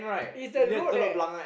it's a road leh